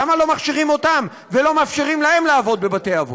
למה לא מכשירים אותם ולא מאפשרים להם לעבוד בבתי-אבות?